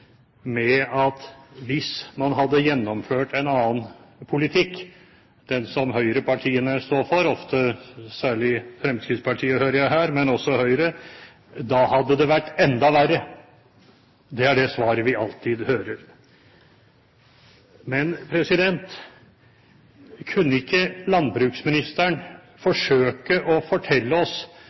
med at hvis man hadde gjennomført en annen politikk, den som høyrepartiene står for – ofte særlig Fremskrittspartiet, hører jeg her, men også Høyre – hadde det vært enda verre. Det er det svaret vi alltid hører. Men kunne ikke landbruksministeren forsøke å fortelle oss